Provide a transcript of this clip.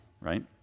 right